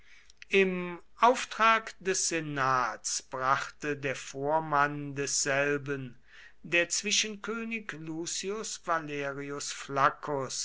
im auftrag des senats brachte der vormann desselben der zwischenkönig lucius valerius